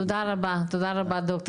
תודה רבה ד"ר,